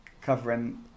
covering